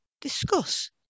Discuss